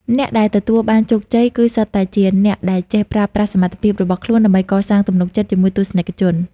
អ្នកដែលទទួលបានជោគជ័យគឺសុទ្ធតែជាអ្នកដែលចេះប្រើប្រាស់សមត្ថភាពរបស់ខ្លួនដើម្បីកសាងទំនុកចិត្តជាមួយទស្សនិកជន។